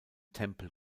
tempel